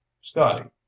scotty